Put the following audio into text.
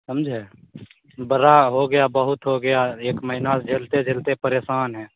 समझे बड़ा हो गया बहुत हो गया एक महीना झेलते झेलते परेशान हैं